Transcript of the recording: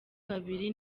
babiri